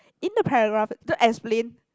in the paragraph to explain